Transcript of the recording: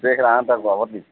అవుతుంది